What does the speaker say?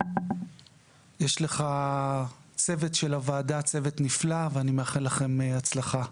יש לך צוות נפלא של הוועדה, ואני מאחל לכם הצלחה.